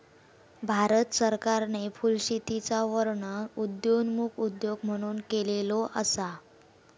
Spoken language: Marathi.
भारत सरकारने फुलशेतीचा वर्णन उदयोन्मुख उद्योग म्हणून केलेलो असा